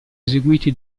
eseguiti